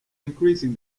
increasing